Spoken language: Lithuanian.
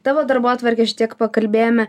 tavo darbotvarkę šiek tiek pakalbėjome